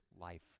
life